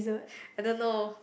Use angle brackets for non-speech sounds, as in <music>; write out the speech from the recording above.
<breath> I don't know